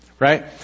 Right